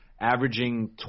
averaging